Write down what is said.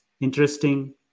interesting